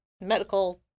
medical